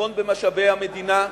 חיסכון במשאבי המדינה,